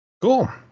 cool